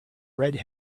red